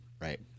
right